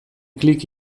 klik